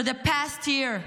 For the past year,